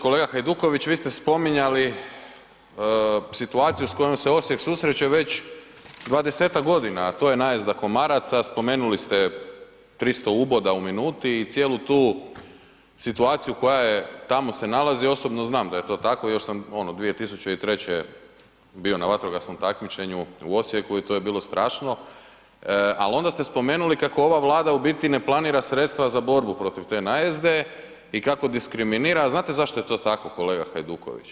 Kolega Hajduković, vi ste spominjali situaciju s kojom se Osijek susreće već 20-ak a to je najezda komaraca, spomenuli ste 300 uboda u minuti i cijelu tu situacija koja tamo se nalazi, osobno znam a je to tako, još sam 2003. bio na vatrogasnom takmičenju u Osijeku i to je bilo strašno, ali onda ste spomenuli kako ova Vlada u biti ne planira sredstva za borbu protiv te najezde i kako diskriminira a znate zašto je to tako, kolega Hajduković?